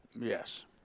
yes